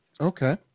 Okay